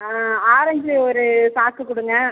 orange ஒரு சாக்கு கொடுங்க